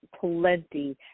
plenty